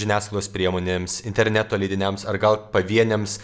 žiniasklaidos priemonėms interneto leidiniams ar gal pavieniams